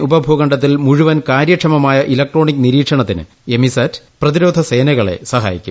Indian ഉപഭൂഖണ്ഡത്തിൽ മുഴുവൻ കാര്യക്ഷമമായ ഇലക്ട്രോണിക് നിരീക്ഷണത്തിന് എമിസാറ്റ് പ്രതിരോധ സേനകളെ സഹായിക്കും